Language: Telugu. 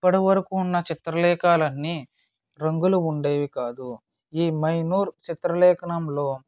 ఇప్పటి వరకు ఉన్న చిత్రాలేఖలన్నీ రంగులు ఉండేవి కావు ఈ మైనూర్ చిత్రలేఖనంలో